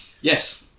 Yes